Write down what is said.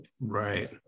Right